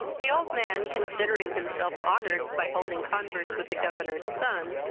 the old man, considering himself honoured by holding converse with the governor's son,